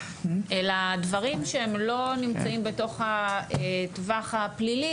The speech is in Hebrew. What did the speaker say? אלא אלה דברים שלא נמצאים בתוך הטווח הפלילי